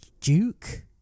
Duke